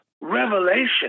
revelation